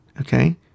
okay